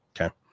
okay